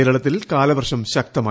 കേരളത്തിൽ കാലവർഷം ശക്തമായി